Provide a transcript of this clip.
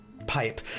pipe